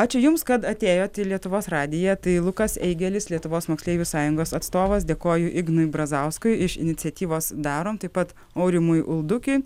ačiū jums kad atėjote į lietuvos radiją tai lukas eigėlis lietuvos moksleivių sąjungos atstovas dėkoju ignui brazauskui iš iniciatyvos darom taip pat aurimui uldukiui